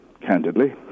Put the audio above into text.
candidly